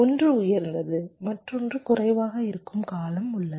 ஒன்று உயர்ந்தது மற்றொன்று குறைவாக இருக்கும் காலம் உள்ளது